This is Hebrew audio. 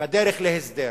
בדרך להסדר,